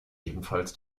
ebenfalls